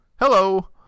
Hello